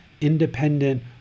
independent